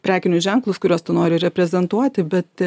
prekinius ženklus kuriuos tu nori reprezentuoti bet